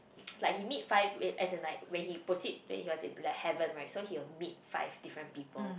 like he meet five as as in like when he proceed when he was in the heaven right so he will meet five different people